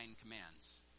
commands